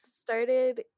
started